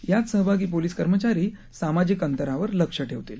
यात सहभागी पोलिस कर्मचारी सामाजिक अंतरावर लक्ष ठेवतील